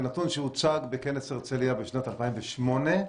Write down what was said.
זה נתון שהוצג בכנס הרצליה בשנת 2008,